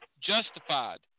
justified